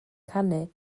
canu